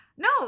No